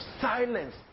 silence